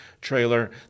trailer